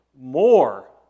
more